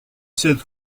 sept